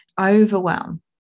overwhelm